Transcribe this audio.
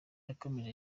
yakomeje